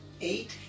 eight